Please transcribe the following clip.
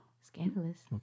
Scandalous